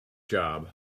job